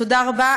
תודה רבה.